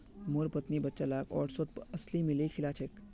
मोर पत्नी बच्चा लाक ओट्सत अलसी मिलइ खिला छेक